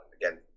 Again